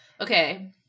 okay